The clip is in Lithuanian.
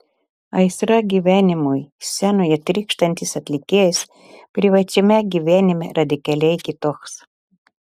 aistra gyvenimui scenoje trykštantis atlikėjas privačiame gyvenime radikaliai kitoks